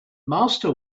master